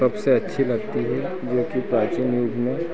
सबसे अच्छी लगती ही जोकी प्राचीन युग में